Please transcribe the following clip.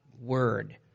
word